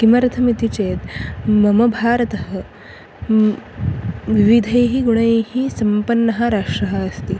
किमर्थमिति चेत् मम भारतं विविधैः गुणैः सम्पन्नं राष्ट्रम् अस्ति